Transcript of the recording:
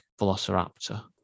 velociraptor